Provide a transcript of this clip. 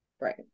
Right